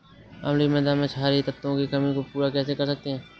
अम्लीय मृदा में क्षारीए तत्वों की कमी को कैसे पूरा कर सकते हैं?